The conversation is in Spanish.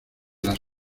las